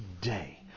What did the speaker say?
day